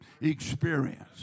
experience